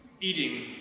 eating